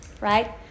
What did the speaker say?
right